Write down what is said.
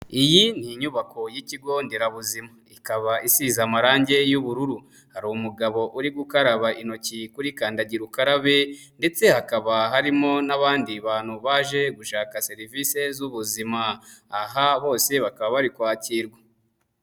Iyi ni inyubako y'ikigo nderabuzima. Ikaba isize amarangi y'ubururu. Hari umugabo uri gukaraba intoki kuri kandagira ukarabe, ndetse hakaba harimo n'abandi bantu baje gushaka serivisi z'ubuzima. Aha bose bakaba bari kwakirwa.